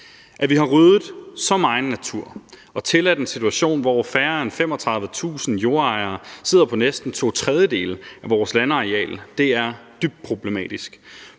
At vi har ryddet så megen natur og tilladt en situation, hvor færre end 35.000 jordejere sidder på næsten to tredjedele af vores landareal, er dybt problematisk